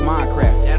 Minecraft